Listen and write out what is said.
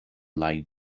like